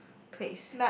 place